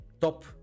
top